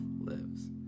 lives